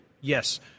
yes